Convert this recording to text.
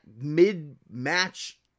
mid-match